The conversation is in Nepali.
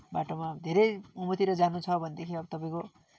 बाटोमा धेरै उँभोतिर जानु छ भनेदेखि अब तपाईँको